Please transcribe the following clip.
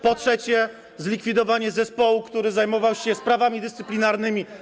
Po trzecie, zlikwidowanie zespołu, który zajmował się sprawami dyscyplinarnymi.